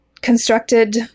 constructed